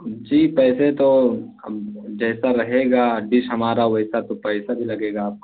جی پیسے تو اب جیسا رہے گا ڈش ہمارا ویسا تو پیسہ بھی لگے گا آپ